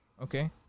Okay